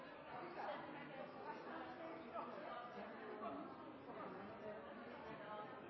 skal ha